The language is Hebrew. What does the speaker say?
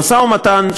המשא-ומתן,